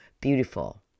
Beautiful